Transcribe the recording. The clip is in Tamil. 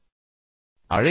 அது முக்கியம்